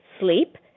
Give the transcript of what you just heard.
sleep